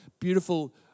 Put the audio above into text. beautiful